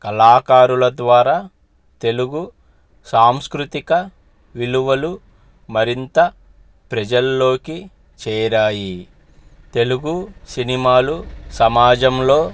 కళాకారుల ద్వారా తెలుగు సాంస్కృతిక విలువలు మరింత ప్రజల్లోకి చేరాయి తెలుగు సినిమాలు సమాజంలో